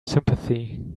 sympathy